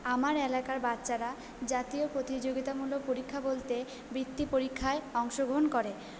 আমার এলাকার বাচ্চারা জাতীয় প্রতিযোগিতামূলক পরীক্ষা বলতে বৃত্তি পরীক্ষায় অংশগ্রহণ করে